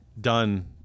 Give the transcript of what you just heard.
done